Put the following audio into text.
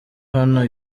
hano